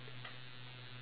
so you could hear me